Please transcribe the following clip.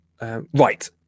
Right